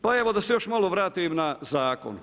Pa evo da se još malo vratim na zakon.